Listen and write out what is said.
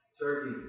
Turkey